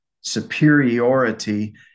superiority